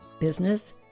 business